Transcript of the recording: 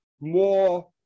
more